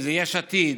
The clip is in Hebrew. אם זה יש עתיד